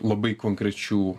labai konkrečių